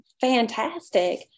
fantastic